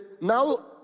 now